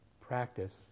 practice